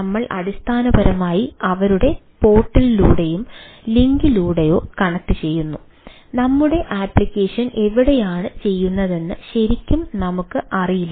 നമ്മൾ അടിസ്ഥാനപരമായി അവരുടെ പോർട്ടലിലൂടെയോ ലിങ്കിലൂടെയോ കണക്റ്റുചെയ്യുന്നു നമ്മുടെ അപ്ലിക്കേഷൻ എവിടെയാണ് ചെയ്യുന്നതെന്ന് നമുക്ക് ശരിക്കും അറിയില്ല